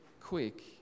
quick